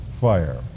fire